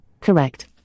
correct